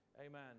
Amen